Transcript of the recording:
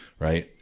Right